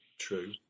True